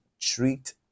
treat